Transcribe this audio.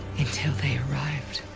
until they arrived,